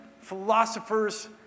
philosophers